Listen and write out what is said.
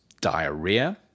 diarrhea